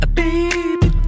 baby